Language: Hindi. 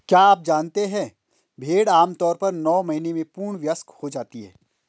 क्या आप जानते है भेड़ आमतौर पर नौ महीने में पूर्ण वयस्क हो जाती है?